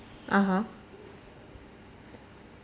(uh huh)